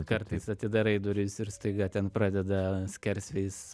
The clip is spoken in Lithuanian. kartais atidarai duris ir staiga ten pradeda skersvėjis